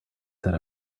set